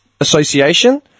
association